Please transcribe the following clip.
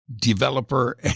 developer